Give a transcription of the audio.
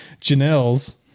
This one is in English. Janelle's